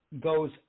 goes